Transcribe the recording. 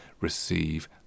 receive